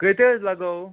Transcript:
کۭتیاہ حظ لَگاوَو